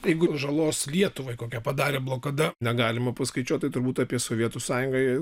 jeigu žalos lietuvai kokią padarė blokada negalima paskaičiuoti tai turbūt apie sovietų sąjungai